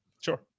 Sure